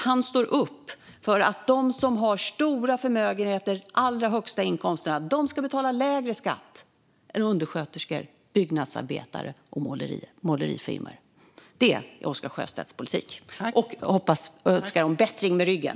Han står upp för att de som har stora förmögenheter och de allra högsta inkomsterna ska betala lägre skatt än undersköterskor, byggnadsarbetare och målerifirmor. Det är Oscar Sjöstedts politik. Jag önskar Oscar Sjöstedt en bättring av ryggen.